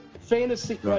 fantasy